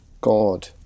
God